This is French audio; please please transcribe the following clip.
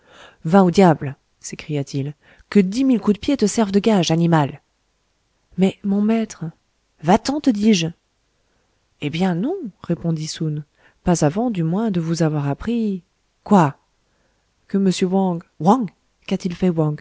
va au diable s'écria-t-il que dix mille coups de pied te servent de gages animal mais mon maître va-t'en te dis-je eh bien non répondit soun pas avant du moins de vous avoir appris quoi que m wang wang qu'a-t-il fait